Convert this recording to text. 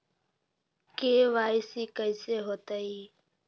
KYC कैसे होतई?